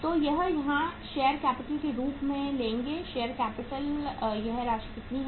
तो हम यहाँ शेयर कैपिटल के रूप में लेंगे शेयर कैपिटल यह राशि कितनी है